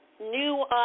new